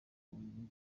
umuyobozi